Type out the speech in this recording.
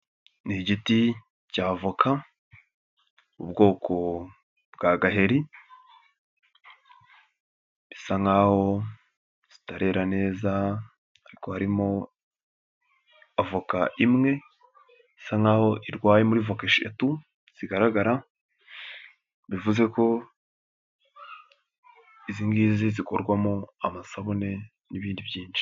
Ni igiti cya avoka ubwoko bwa gaheri, bisa nkaho zitare neza ariko harimo avoka imwe isa nkaho irwaye muri voka eshatu zigaragara, bivuze ko izi ngizi zikorwamo amasabune n'ibindi byinshi.